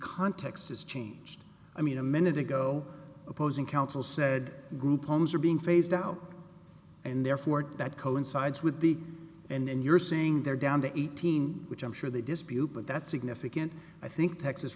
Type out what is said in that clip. context is changed i mean a minute ago opposing counsel said group homes are being phased out and therefore that coincides with the and you're saying they're down to eighteen which i'm sure they dispute but that's significant i think texas